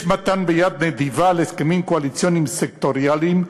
יש מתן ביד נדיבה להסכמים קואליציוניים סקטוריאליים,